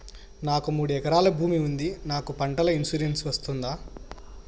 నాకు మూడు ఎకరాలు భూమి ఉంది నాకు పంటల ఇన్సూరెన్సు వస్తుందా?